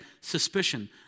suspicion